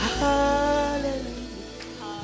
hallelujah